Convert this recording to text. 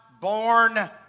born